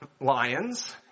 Lions